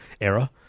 era